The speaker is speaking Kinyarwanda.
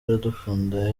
iradukunda